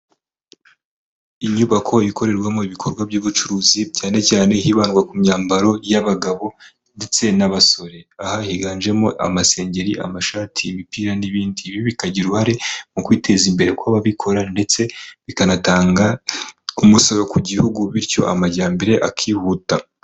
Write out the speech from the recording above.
Inyubako ikorerwamo ibikorwa by'ubucuruzi cyane cyane hibandwa ku myambaro y'abagabo ndetse n'abasore, aha higanjemo amasengeri, amashati, imipira n'ibindi, ibi bikagira uruhare mu kwiteza imbere kw'ababikora ndetse bikanatanga umusoro ku gihugu bityo amajyambere akihuta.